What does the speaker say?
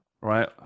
right